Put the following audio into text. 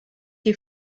you